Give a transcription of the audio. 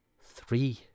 three